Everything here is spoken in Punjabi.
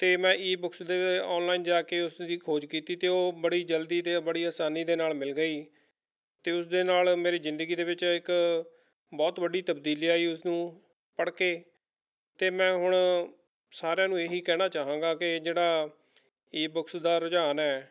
ਅਤੇ ਮੈਂ ਈ ਬੁੱਕਸ ਦੇ ਔਨਲਾਈਨ ਜਾ ਕੇ ਉਸ ਦੀ ਖੋਜ ਕੀਤੀ ਅਤੇ ਉਹ ਬੜੀ ਜਲਦੀ ਅਤੇ ਬੜੀ ਆਸਾਨੀ ਦੇ ਨਾਲ ਮਿਲ ਗਈ ਅਤੇ ਉਸ ਦੇ ਨਾਲ ਮੇਰੀ ਜ਼ਿੰਦਗੀ ਦੇ ਵਿੱਚ ਇੱਕ ਬਹੁਤ ਵੱਡੀ ਤਬਦੀਲੀ ਆਈ ਉਸਨੂੰ ਪੜ੍ਹ ਕੇ ਅਤੇ ਮੈਂ ਹੁਣ ਸਾਰਿਆਂ ਨੂੰ ਇਹੀ ਕਹਿਣਾ ਚਾਹਾਂਗਾ ਕਿ ਜਿਹੜਾ ਈ ਬੁੱਕਸ ਦਾ ਰੁਝਾਨ ਹੈ